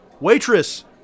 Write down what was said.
Waitress